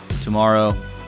tomorrow